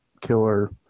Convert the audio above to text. killer